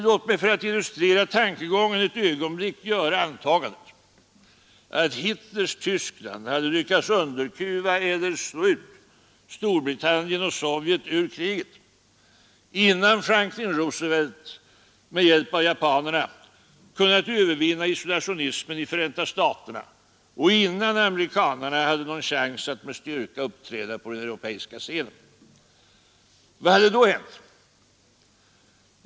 Låt mig för att illustrera tankegången ett ögonblick göra antagandet att Hitlers Tyskland hade lyckats underkuva eller slå ut Storbritannien och Sovjet ur kriget innan Franklin Roosevelt med hjälp av japanerna kunnat övervinna isolationismen i Förenta staterna och innan amerikanerna hade någon chans att med styrka uppträda på den europeiska scenen. Vad hade då hänt?